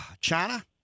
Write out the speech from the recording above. China